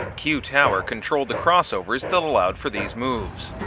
q tower controlled the crossovers that allowed for these moves.